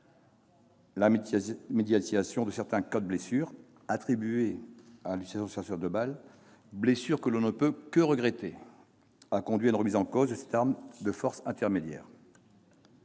La médiatisation de certains cas de blessures attribuées à l'utilisation de lanceurs de balles de défense, blessures que l'on ne peut que regretter, a conduit à une remise en cause de cette arme de force intermédiaire.